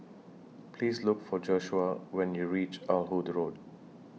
Please Look For when YOU REACH Ah Hood Road